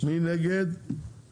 הצבעה